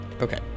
Okay